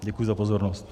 Děkuji za pozornost.